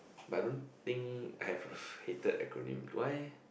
but I don't think have hated acronym why